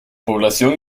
población